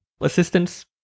assistance